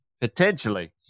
potentially